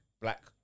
Black